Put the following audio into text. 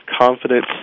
Confidence